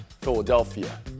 Philadelphia